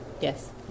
Yes